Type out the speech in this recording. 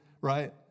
right